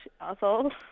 asshole